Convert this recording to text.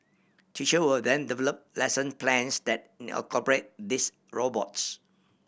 teacher will then develop lesson plans that incorporate these robots